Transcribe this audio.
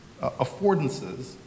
affordances